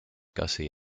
gussie